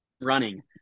running